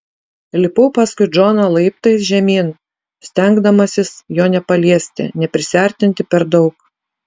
lipau paskui džoną laiptais žemyn stengdamasis jo nepaliesti neprisiartinti per daug